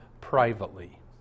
privately